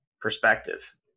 perspective